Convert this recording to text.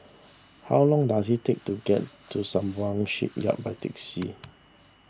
how long does it take to get to Sembawang Shipyard by taxi